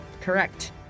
Correct